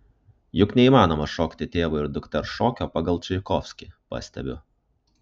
juk neįmanoma šokti tėvo ir dukters šokio pagal čaikovskį pastebiu